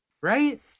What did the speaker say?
right